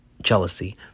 jealousy